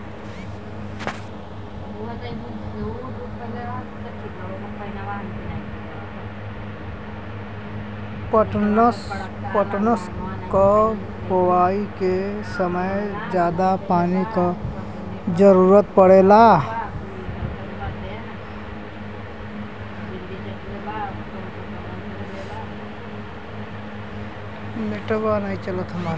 पटसन क बोआई के समय जादा पानी क जरूरत पड़ेला